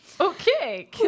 Okay